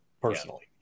Personally